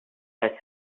her